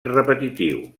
repetitiu